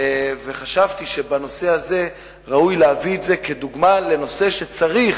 חשבתי שאת הנושא הזה ראוי להביא כדוגמה לנושא שצריך